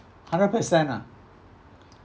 hundred per cent ah